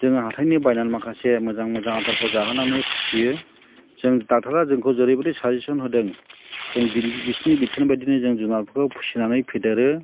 जों हाथायनि बायनानै माखासे मोजां मोजां आदारखौ जाहोनानै फिसियो जों ड'क्टरा जोंखौ जेरैबायदि साजेसन होदों जों बिसिनि बिथोन बायदिनो जों जोंहा फिसिनानै फेदेरो